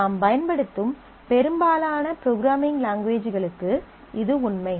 நாம் பயன்படுத்தும் பெரும்பாலான ப்ரோக்ராம்மிங் லாங்குவேஜ்களுக்கு இது உண்மை